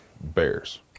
bears